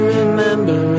remember